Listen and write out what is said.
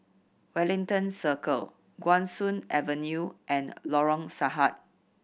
Wellington Circle Guan Soon Avenue and Lorong Sahad